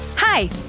Hi